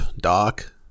Doc